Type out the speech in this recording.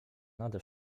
nade